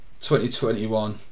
2021